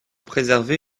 préservé